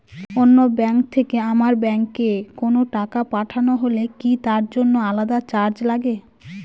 অন্য ব্যাংক থেকে আমার ব্যাংকে কোনো টাকা পাঠানো হলে কি তার জন্য আলাদা চার্জ লাগে?